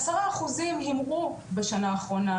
עשרה אחוזים הימרו בשנה האחרונה,